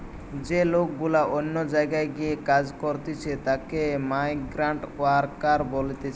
যে লোক গুলা অন্য জায়গায় গিয়ে কাজ করতিছে তাকে মাইগ্রান্ট ওয়ার্কার বলতিছে